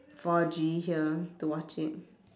four G here to watch it